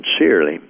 Sincerely